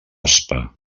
aspa